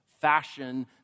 fashion